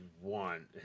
one